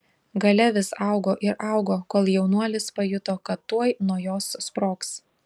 galia vis augo ir augo kol jaunuolis pajuto kad tuoj nuo jos sprogs